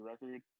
record